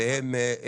כן והם,